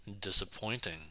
disappointing